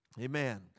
Amen